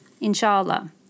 inshallah